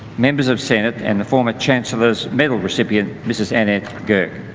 members of senate and the former chancellor's medal recipient, mrs. annette goerke.